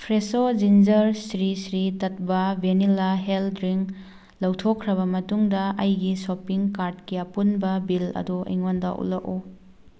Fresho ginger Sri Sri Tattva vanilla health drink ꯂꯧꯊꯣꯛꯈ꯭ꯔꯕ ꯃꯇꯨꯡꯗ ꯑꯩꯒꯤ ꯁꯣꯄꯤꯡ ꯀꯥꯔꯠꯀꯤ ꯑꯄꯨꯟꯕ ꯕꯤꯜ ꯑꯗꯨ ꯑꯩꯉꯣꯟꯗ ꯎꯠꯂꯛꯎ